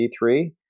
d3